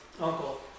uncle